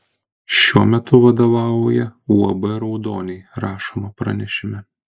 šiuo metu vadovauja uab raudoniai rašoma pranešime